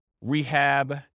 rehab